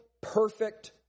perfect